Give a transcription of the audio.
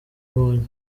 abonye